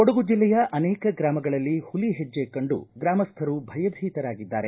ಕೊಡಗು ಜಿಲ್ಲೆಯ ಅನೇಕ ಗ್ರಾಮಗಳಲ್ಲಿ ಹುಲಿ ಹೆಜ್ಜೆ ಕಂಡು ಗ್ರಾಮಸ್ಥರು ಭಯಭೀತರಾಗಿದ್ದಾರೆ